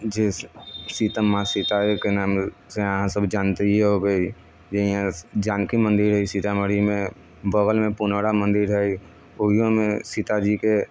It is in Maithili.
जे सीता माँ सीताके नामसँ अहाँसब जानिते होबै यहाँ जानकी मन्दिर हइ सीतामढ़ीमे बगलमे पुनौरा मन्दिर हइ ओहिओमे सीताजीके